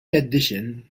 addition